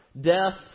death